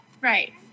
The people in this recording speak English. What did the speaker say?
right